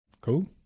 Cool